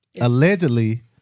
Allegedly